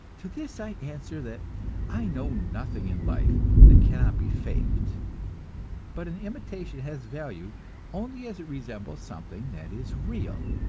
to this i answer that i know nothing in life that cannot be faked but an imitation has value only as it resembles something that is real,